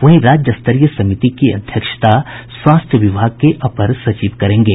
वहीं राज्य स्तरीय समिति की अध्यक्षता स्वास्थ्य विभाग के अपर सचिव करेंगे